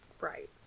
right